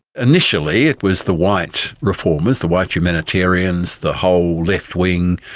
initially it was the white reformers, the white humanitarians, the whole left wing,